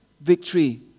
victory